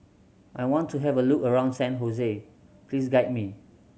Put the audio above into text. I want to have a look around San Jose please guide me